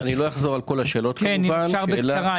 בקצרה.